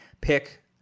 pick